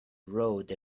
rode